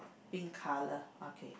pink colour okay